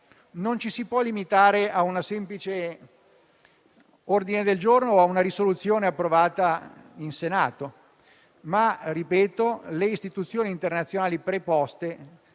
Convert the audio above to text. non ci si può limitare a un semplice ordine del giorno o a una risoluzione approvata in Senato, ma - ripeto - le istituzioni internazionali preposte